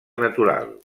natural